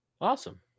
Awesome